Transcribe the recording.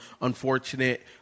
unfortunate